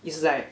it's like